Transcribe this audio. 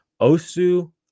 osu